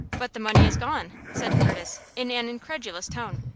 but the money is gone, said curtis, in an incredulous tone.